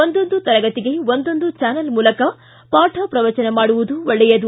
ಒಂದೊಂದು ತರಗತಿಗೆ ಒಂದೊಂದು ಜಾನೆಲ್ ಮೂಲಕ ಪಾಠ ಪ್ರವಚನ ಮಾಡುವುದು ಒಳ್ಳೆಯದು